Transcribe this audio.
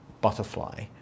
butterfly